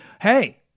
hey